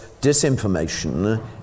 disinformation